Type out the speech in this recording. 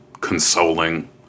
consoling